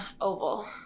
oval